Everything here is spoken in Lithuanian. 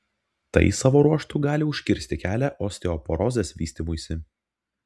tai savo ruožtu gali užkirsti kelią osteoporozės vystymuisi